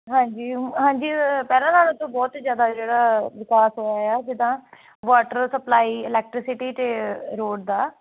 ਹਾਂਜੀ ਹੁੰ ਹਾਂਜੀ ਪਹਿਲਾਂ ਨਾਲੋਂ ਤਾਂ ਬਹੁਤ ਜ਼ਿਆਦਾ ਜਿਹੜਾ ਵਿਕਾਸ ਹੋਇਆ ਹੈ ਜਿੱਦਾਂ ਵਾਟਰ ਸਪਲਾਈ ਇਲੈਕਟਰਿਸਿਟੀ ਅਤੇ ਰੋਡ ਦਾ